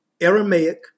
Aramaic